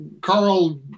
Carl